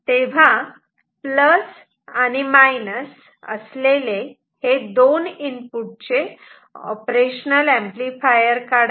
तेव्हा प्लस आणि मायनस असलेले दोन इनपुटचे ऑपरेशनल ऍम्प्लिफायर काढा